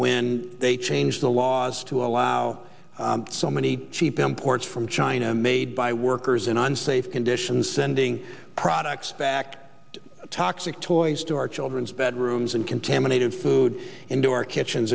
when they changed the laws to allow so many cheap imports from china made by workers in unsafe conditions sending products back toxic toys to our children's bedrooms and contaminated food into our kitchens